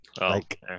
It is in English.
okay